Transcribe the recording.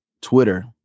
Twitter